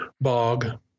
bog